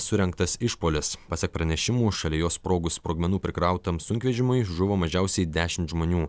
surengtas išpuolis pasak pranešimų šalia jo sprogus sprogmenų prikrautam sunkvežimiui žuvo mažiausiai dešimt žmonių